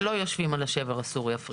שלא יושבים על השבר הסורי האפריקאי.